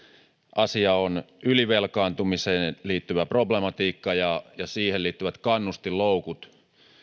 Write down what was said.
asia on ylivelkaantumiseen liittyvä problematiikka ja siihen liittyvät kannustinloukut